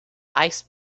ice